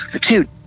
Dude